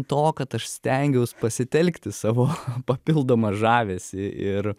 to kad aš stengiaus pasitelkti savo papildomą žavesį ir